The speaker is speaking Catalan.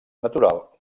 natural